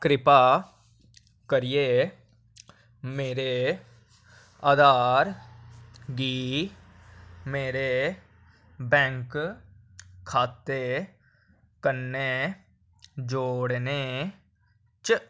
कृपा करियै मेरे आधार गी मेरे बैंक खाते कन्नै जोड़ने च